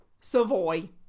Savoy